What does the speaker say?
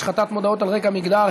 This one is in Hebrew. השחתת מודעות על רקע מגדר),